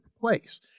place